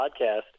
podcast